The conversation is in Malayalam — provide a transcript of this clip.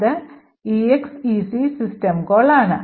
അത് exec system call ആണ്